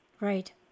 Right